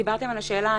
דיברתם על השאלה,